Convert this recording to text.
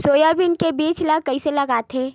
Soybean के बीज ल कइसे लगाथे?